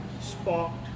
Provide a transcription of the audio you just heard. sparked